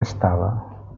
estava